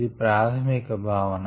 ఇది ప్రాధమిక భావన